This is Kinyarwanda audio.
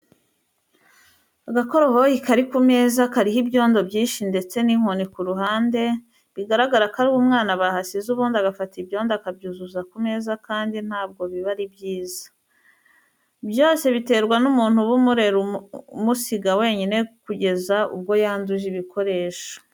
Agakoroboyi kari ku meza kariho ibyondo byinshi ndetse n'inkoni ku ruhande, bigaragara ko ari umwana bahasize ubundi agafata ibyondo akabyuzuza ku meza kandi ntabwo biba ari byiza. Byose biterwa n'umuntu uba umurera umusiga wenyine kugeza ubwo yanduje ibikoresho.